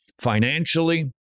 financially